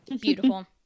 Beautiful